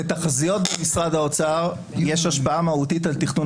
לתחזיות משרד האוצר יש השפעה מהותית על תכנון